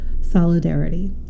solidarity